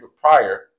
prior